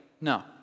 No